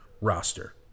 roster